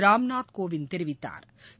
ராம்நாத் கோவிந்த் தெரிவித்தாா்